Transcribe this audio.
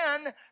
again